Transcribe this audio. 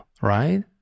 right